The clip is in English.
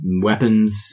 weapons